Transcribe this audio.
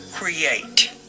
Create